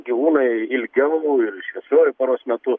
gyvūnai ilgiau ir šviesiuoju paros metu